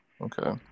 Okay